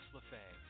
LaFay